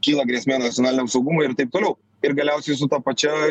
kyla grėsmė nacionaliniam saugumui ir taip toliau ir galiausiai su ta pačia